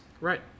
right